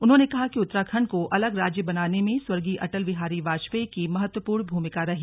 उन्होंने कहा कि उत्तराखण्ड को अलग राज्य बनाने में स्वर्गीय अटल बिहारी वाजपेयी की महत्वपूर्ण भूमिका रही